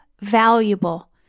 valuable